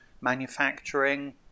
manufacturing